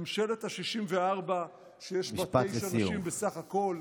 ממשלת ה-64, שיש בה תשע נשים בסך הכול,